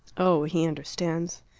oh, he understands.